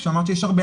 אמרת שיש הרבה,